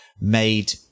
made